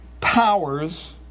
powers